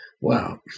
Wow